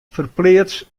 ferpleats